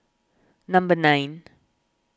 number nine